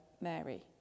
Mary